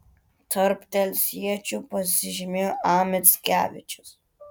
tarp telšiečių pasižymėjo a mickevičius